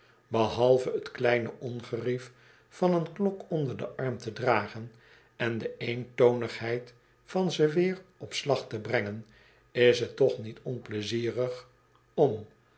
behalve t kleine ongerief van een klok onder den arm te dragen en de eentonigheid van ze weer op slag te brengen is t toch niet onpleizierig om